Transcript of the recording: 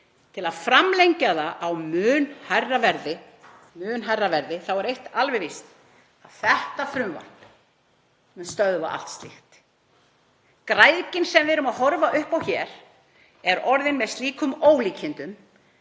til að framlengja það á mun hærra verði, þá er eitt alveg víst: Þetta frumvarp mun stöðva allt slíkt. Græðgin sem við erum að horfa upp á hér er orðin með slíkum ólíkindum